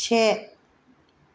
से